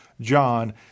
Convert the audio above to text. John